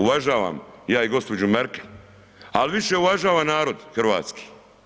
Uvažavam ja i gospođu Merkel, al više uvažavam narod hrvatski.